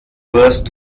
wirst